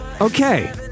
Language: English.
Okay